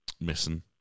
missing